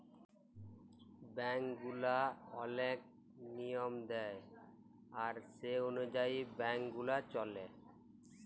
bank গুলা ওলেক লিয়ম দেয় আর সে অলুযায়ী ব্যাংক গুলা চল্যে